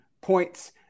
points